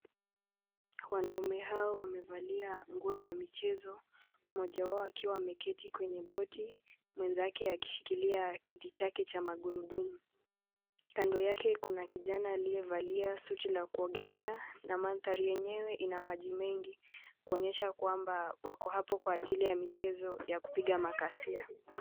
Wanaume hao wamevalia nguo za michezo mmoja wao akiwa ameketi kwenye boti, mwenzake akiwa akishikilia kiti chake cha magurudumu. Kando yake kuna kijana aliyevalia suti ya kuogelea na mandhari yenyewe ina maji mengi kuonyesha ya kwamba, wako hapo kwa ajili ya mchezo wa kupiga makasia.